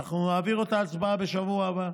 אנחנו נעביר את ההצבעה בשבוע הבא,